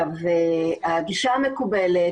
הגישה המקובלת,